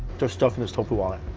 there's stuff in this tofu wallet,